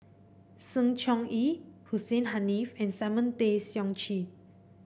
Sng Choon Yee Hussein Haniff and Simon Tay Seong Chee